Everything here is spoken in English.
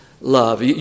love